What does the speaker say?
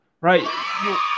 right